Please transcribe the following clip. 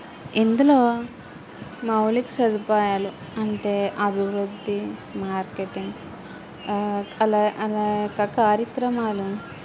ఇందులో మౌలిక సదుపాయాలు అంటే అభివృద్ధి మార్కెటింగ్ అనేక కార్యక్రమాలు